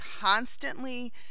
constantly